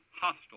hostile